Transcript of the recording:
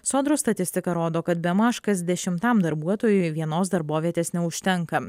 sodros statistika rodo kad bemaž kas dešimtam darbuotojui vienos darbovietės neužtenka